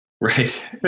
Right